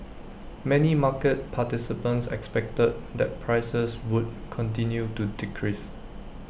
many market participants expected that prices would continue to decrease